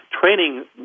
training